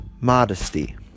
modesty